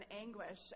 anguish